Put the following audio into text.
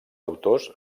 autors